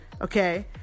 okay